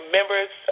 Members